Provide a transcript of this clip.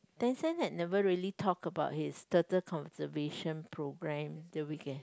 Danson had never really talk about his turtle conversation program the weekend